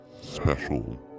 special